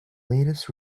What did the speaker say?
latest